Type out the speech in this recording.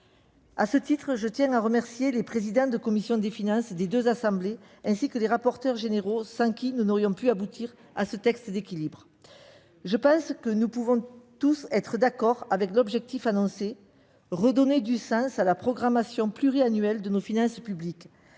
publiques. Je tiens à remercier les présidents de chacune des commissions des finances de nos deux assemblées, ainsi que les rapporteurs généraux, sans qui nous n'aurions pu aboutir à ces textes d'équilibre. Probablement pourrons-nous tous nous accorder sur l'objectif annoncé : redonner du sens à la programmation pluriannuelle de nos finances publiques